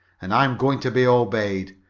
and i'm going to be obeyed,